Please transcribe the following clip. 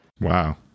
wow